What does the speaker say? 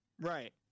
Right